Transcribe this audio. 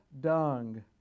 dung